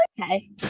okay